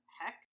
heck